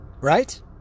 Right